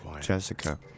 Jessica